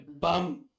bum